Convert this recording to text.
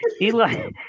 Eli